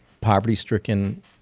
poverty-stricken